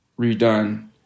redone